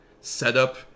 setup